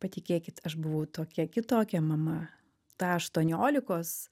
patikėkit aš buvau tokia kitokia mama ta aštuoniolikos